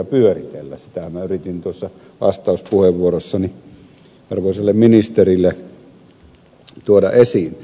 sitä minä yritin tuossa vastauspuheenvuorossani arvoisalle ministerille tuoda esiin